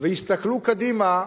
ויסתכלו קדימה,